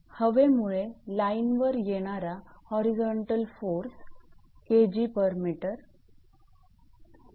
हवेमुळे लाईनवर येणारा होरिझोंतल फोर्स 𝐾𝑔𝑚 d